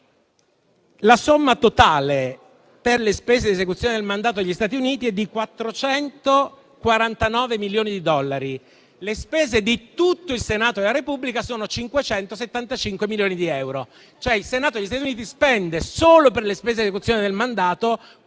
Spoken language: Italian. La somma totale per le spese di esecuzione del mandato degli Stati Uniti è di 449 milioni di dollari: le spese di tutto il Senato della Repubblica sono 575 milioni di euro. Il Senato degli Stati Uniti spende, solo per le spese di esecuzione del mandato, quasi quanto